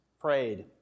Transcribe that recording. prayed